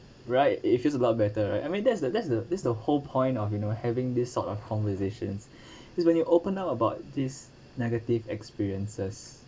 right it feels a lot better right I mean that's the that's the that's the whole point of you know having this sort of conversations because when you open up about this negative experiences